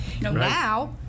Now